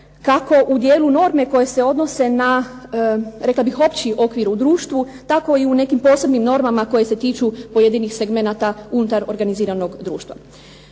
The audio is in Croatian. kako u dijelu norme koje se odnose na rekla bih opći okvir u društvu, tako i u nekim posebnim normama koje se tiču pojedinih segmenata unutar organiziranog društva.